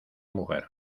mujer